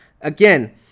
again